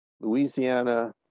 Louisiana